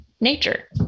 nature